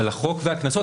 על החוק והקנסות.